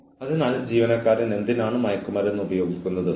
തുടർന്ന് നിങ്ങൾ ജീവനക്കാരനെ വാക്കാൽ ഉപദേശിക്കുന്നു